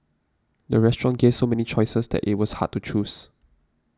the restaurant gave so many choices that it was hard to choose